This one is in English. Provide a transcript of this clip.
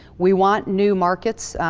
we want new markets,